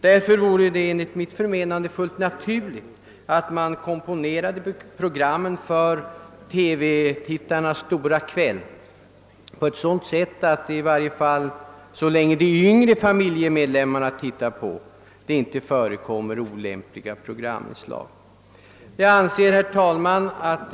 Därför är det enligt mitt förmenande naturligt att programmen för TV-tittarnas stora kväll komponeras på sådant sätt att det inte — i varje fall inte så länge de yngre familjemedlemmarna ser på TV — förekommer olämpliga programinslag.